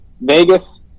Vegas